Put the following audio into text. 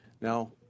Now